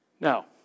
Now